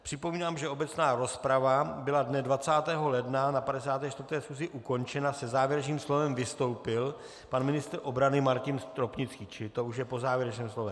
Připomínám, že obecná rozprava byla dne 20. ledna na 54. schůzi ukončena, se závěrečným slovem vystoupil pan ministr obrany Martin Stropnický, čili už je po závěrečném slově.